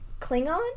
klingon